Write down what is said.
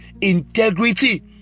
integrity